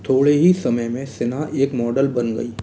थोड़े ही समय में सिन्हा एक मॉडल बन गई